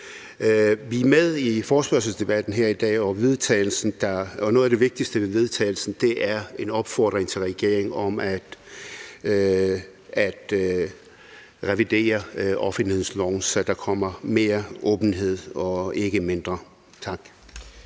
Vi er med i forespørgselsdebatten her i dag og forslaget til vedtagelse, og noget af det vigtigste ved forslaget til vedtagelse er en opfordring til regeringen om at revidere offentlighedsloven, så der kommer mere åbenhed og ikke mindre. Tak.